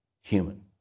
human